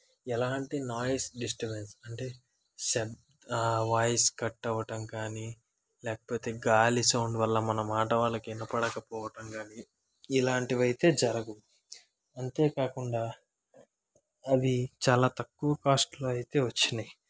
ఎలాంటి noise disturbance అంటే శ్ర వాయిస్ కట్ అవ్వటం కాని లేపోతే గాలి సౌండ్ వల్ల మన మాట వాళ్ళకు వినపడకపోవటం కాని ఇలాంటివి అయితే జరగవు అంతే కాకుండా అవి చాలా తక్కువ కాస్ట్లో అయితే వచ్చినాయి